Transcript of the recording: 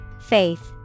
Faith